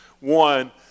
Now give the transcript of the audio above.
One